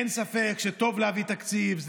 קודם כול, בהגדרה המשפטית יש תקציב למדינה.